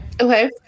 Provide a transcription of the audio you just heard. okay